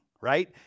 right